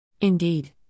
Indeed